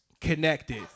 connected